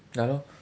ya lor